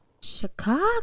Chicago